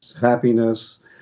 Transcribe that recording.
happiness